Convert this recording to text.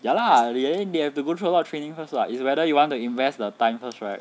ya lah then they have to go through a lot of training first [what] is whether you want to invest the time first right